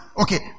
Okay